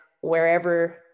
wherever